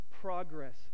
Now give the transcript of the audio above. Progress